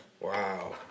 Wow